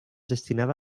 destinada